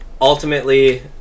Ultimately